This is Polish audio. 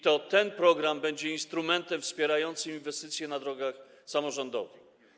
To ten program będzie instrumentem wspierającym inwestycje na drogach samorządowych.